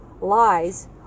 lies